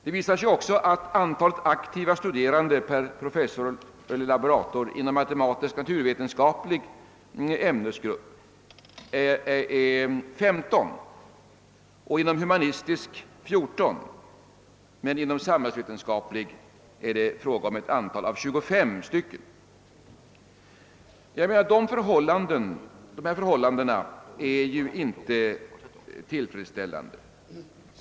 Det visar sig också att antalet aktiva studerande per professor eller laborator inom den matematisk-naturvetenskapliga ämnesgruppen uppgår till 15, inom den humanistiska till 14 men inom den samhällsvetenskapliga till 25. Dessa förhållanden är enligt min mening otillfredsställande.